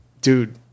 Dude